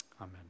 Amen